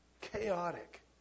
Chaotic